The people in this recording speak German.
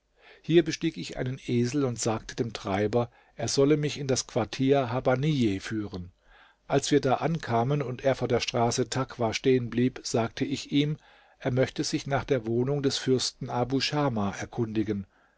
hier bestieg ich einen esel und sagte dem treiber er solle mich in das quartier habbanijeh führen als wir da ankamen und er vor der straße takwa stehenblieb sagte ich ihm er möchte sich nach der wohnung des fürsten abu schama erkundigen